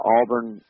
Auburn